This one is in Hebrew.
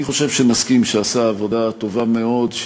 אני חושב שנסכים שהוא עשה עבודה טובה מאוד,